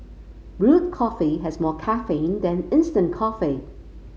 brewed coffee has more caffeine than instant coffee